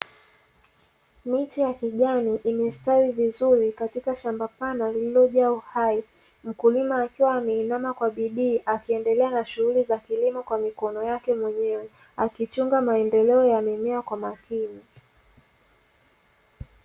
Miche ya kijani imestawi vizuri katika shamba pana lililo jaa uhai. Mkulima akiwa ameinama kwa bidii, akiendelea na shughuli za kilimo kwa mikono yake mwenyewe, akichunga maendeleo ya mimea kwa makini.